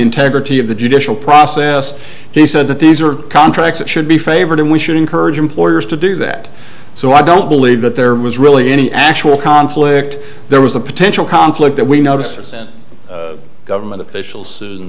integrity of the judicial process he said that these are contracts that should be favored and we should encourage employers to do that so i don't believe that there was really any actual conflict there was a potential conflict that we noticed government officials in